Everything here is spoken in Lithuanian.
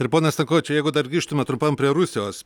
ir pone stankovičiau jeigu dar grįžtume trumpam prie rusijos